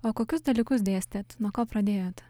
o kokius dalykus dėstėt nuo ko pradėjot